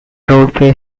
roadway